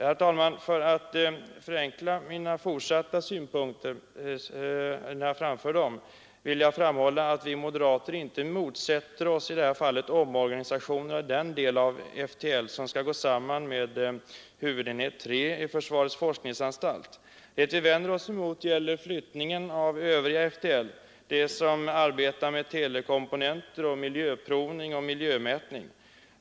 Herr talman! För att förenkla det fortsatta framförandet av mina synpunkter vill jag framhålla att vi moderater inte motsätter oss omorganisationen av den del av FTL som skall gå samman med huvudenhet 3 i försvarets forskningsanstalt. Det vi vänder oss emot är flyttningen av övriga FTL, den del som arbetar med delkomponenter, miljöprovning och miljömätning.